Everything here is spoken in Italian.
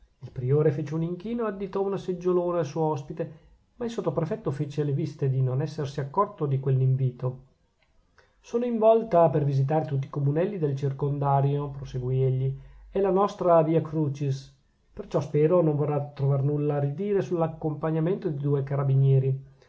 il priore fece un inchino e additò un seggiolone al suo ospite ma il sottoprefetto fece le viste di non essersi accorto di quell'invito sono in volta per visitare tutti i comunelli del circondario proseguì egli è la nostra via crucis perciò spero non vorrà trovar nulla a ridire sull'accompagnamento di due carabinieri